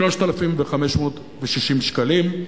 3,560 שקלים.